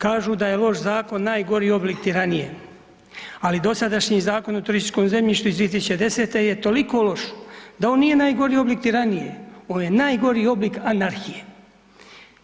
Kažu da je loš zakon najgori oblik tiranije, ali dosadašnji Zakon o turističkom zemljištu iz 2010. je toliko loš da on nije najgori oblik tiranije, on je nagori oblik anarhije